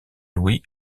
louis